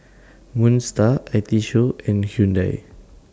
Moon STAR I T Show and Hyundai